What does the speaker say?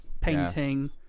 painting